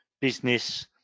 business